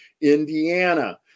indiana